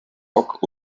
rock